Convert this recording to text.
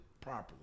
properly